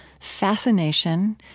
fascination